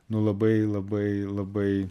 nu labai labai labai